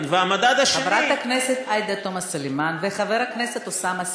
חברת הכנסת עאידה תומא סלימאן וחבר הכנסת אוסאמה סעדי,